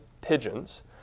pigeons